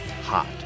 Hot